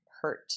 hurt